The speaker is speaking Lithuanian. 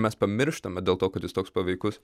mes pamirštame dėl to kad jis toks paveikus